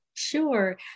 Sure